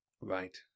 Right